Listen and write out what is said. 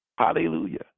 Hallelujah